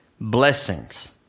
blessings